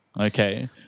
Okay